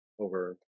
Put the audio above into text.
over